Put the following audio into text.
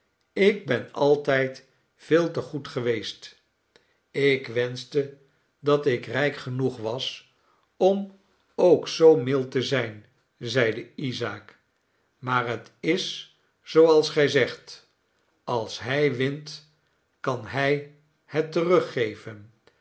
ik ben altijd veel te goed geweest ik wenschte dat ik rijk genoeg was om ook zoo mild te zijn zeide isaak maar het is zooals gij zegt als hij wint kan hij het teruggeven